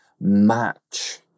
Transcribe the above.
match